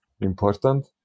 important